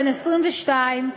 בן 22,